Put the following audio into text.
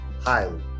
highly